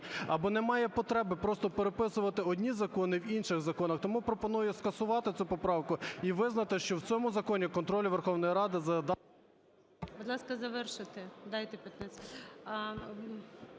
Або немає потреби просто переписувати одні закони в інших законах. Тому пропоную скасувати цю поправку і визначити, що в цьому законі контроль Верховної Ради …